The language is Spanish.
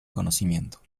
conocimiento